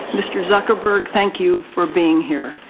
mr. zuckerberg, thank you for being here.